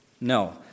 No